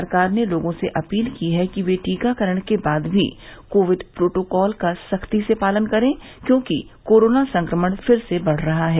सरकार ने लोगों से अपील की है कि वे टीकाकरण के बाद भी कोविड प्रोटोकॉल का सख्ती से पालन करें क्योंकि कोरोना संक्रमण फिर से बढ़ रहा है